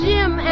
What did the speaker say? Jim